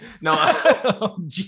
no